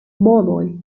molloy